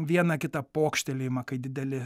vieną kitą pokštelėjimą kai dideli